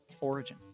origin